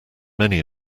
many